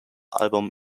album